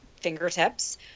fingertips